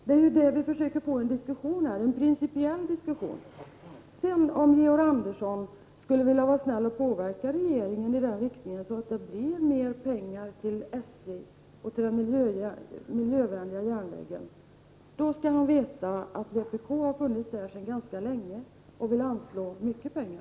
Det är det vi försöker få en principiell diskussion om. Om Georg Andersson sedan skulle vilja vara snäll och påverka regeringen iden riktningen att det blir mer pengar till SJ och den miljövänliga järnvägen, skall han veta att vpk har funnits där sedan ganska länge och vill anslå mycket pengar.